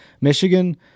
Michigan